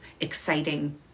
exciting